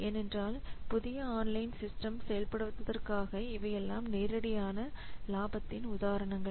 ஏனென்றால் புதிய online system செயல்படுத்துவதற்காக இவையெல்லாம் நேரடி லாபத்தின் உதாரணங்கள்